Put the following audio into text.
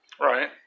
Right